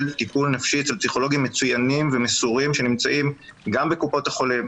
טיפול נפשי אצל פסיכולוגים מצוינים ומסורים שנמצאים גם בקופות החולים,